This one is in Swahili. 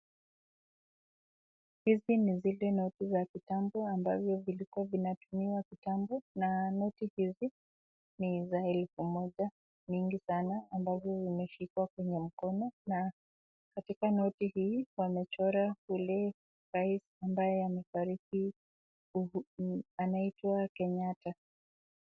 Hizi ni zile noti za kitambo na zilikuwa zinatumiwa kitambo na noti hizi ni za elfu moja nyingi sana ambazo zimeshikwa kwa mkono na katika noti hii wamechora yule rais ambaye amefariki anaitwa Kenyatta.